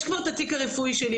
יש כבר את התיק הרפואי שלי,